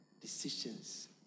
Decisions